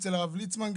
גם אצל הרב ליצמן.